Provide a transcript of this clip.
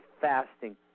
fasting